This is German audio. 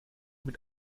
mit